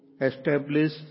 establish